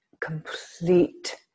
complete